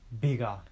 bigger